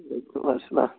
وعلیکُم اسلام